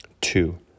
Two